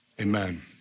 Amen